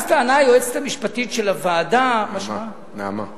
אז טענה היועצת המשפטית של הוועדה, נעמה,